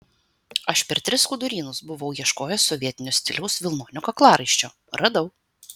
aš per tris skudurynus buvau ieškojęs sovietinio stiliaus vilnonio kaklaraiščio radau